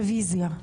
רביזיה.